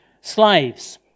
Slaves